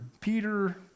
Peter